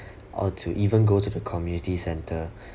or to even go to the community centre